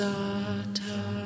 Sata